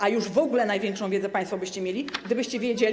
A już w ogóle największą wiedzę państwo byście mieli, gdybyście wiedzieli.